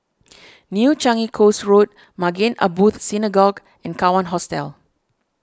New Changi Coast Road Maghain Aboth Synagogue and Kawan Hostel